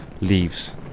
leaves